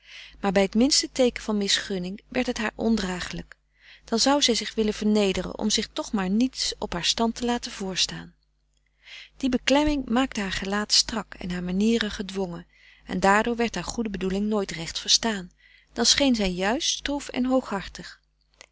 bij t minste teeken van misgunning werd het haar ondragelijk dan zou zij zich willen vernederen om zich toch maar niets op haar stand te laten vrstaan die beklemming maakte haar gelaat strak en haar manieren gedwongen en daardoor werd haar goede bedoeling nooit recht verstaan dan scheen zij juist stroef en hooghartig